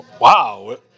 Wow